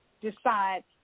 decide